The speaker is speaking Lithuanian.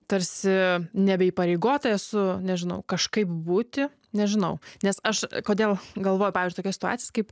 tarsi nebeįpareigota esu nežinau kažkaip būti nežinau nes aš kodėl galvoju pavyzdžiui tokias situacijas kaip